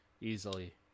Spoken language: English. Easily